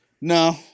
No